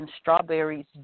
strawberries